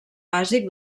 bàsic